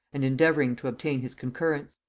and endeavouring to obtain his concurrence.